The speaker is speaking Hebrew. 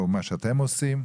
משהו לומר לגבי מה שאתם עושים?